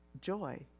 joy